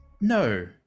no